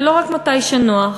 ולא רק מתי שנוח,